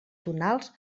tonals